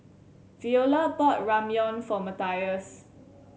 Veola bought Ramyeon for Matias